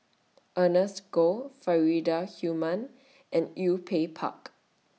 Ernest Goh Faridah Hanum and U pay Pak